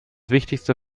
wichtigste